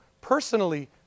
personally